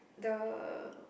the